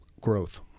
growth